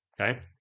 Okay